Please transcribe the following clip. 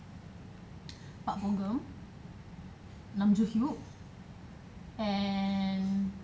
pak bugam nam jun hyuk and